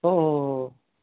हो हो हो हो